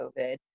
COVID